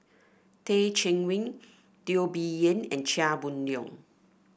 Teh Cheang Wan Teo Bee Yen and Chia Boon Leong